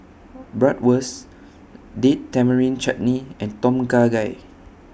Bratwurst Date Tamarind Chutney and Tom Kha Gai